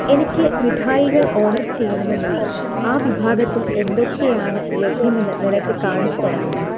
എനിക്ക് മിഠായികൾ ഓഡർ ചെയ്യണമെന്നുണ്ട് ആ വിഭാഗത്തിൽ എന്തൊക്കെയാണ് ലഭ്യമെന്ന് നിനക്ക് കാണിച്ചു തരാമോ